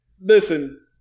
listen